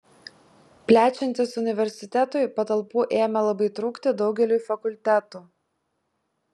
plečiantis universitetui patalpų ėmė labai trūkti daugeliui fakultetų